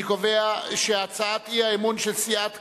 אני קובע שהצעת האי-אמון של סיעת קדימה,